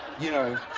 you know